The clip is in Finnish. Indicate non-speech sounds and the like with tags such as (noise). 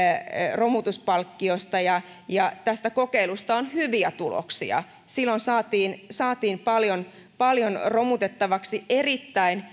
romutuspalkkiosta ja ja tästä kokeilusta on hyviä tuloksia silloin saatiin saatiin paljon paljon romutettavaksi erittäin (unintelligible)